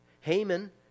Haman